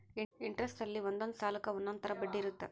interest ಅಲ್ಲಿ ಒಂದೊಂದ್ ಸಾಲಕ್ಕ ಒಂದೊಂದ್ ತರ ಬಡ್ಡಿ ಇರುತ್ತ